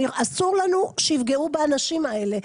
אסור לנו שיפגעו באנשים האלה.